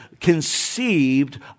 conceived